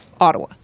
Ottawa